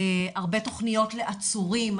הרבה תכניות לעצורים,